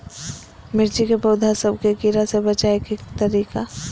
मिर्ची के पौधा सब के कीड़ा से बचाय के तरीका?